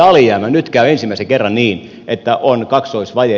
nyt käy ensimmäisen kerran niin että on kaksoisvaje